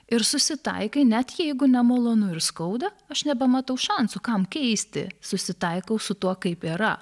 ir susitaikai net jeigu nemalonu ir skauda aš nebematau šansų kam keisti susitaikau su tuo kaip yra